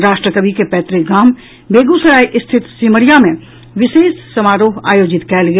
राष्ट्र कवि के पैतृक गाम बेगूसराय स्थित सिमरिया मे विशेष समारोह आयोजित कयल गेल